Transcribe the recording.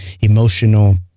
emotional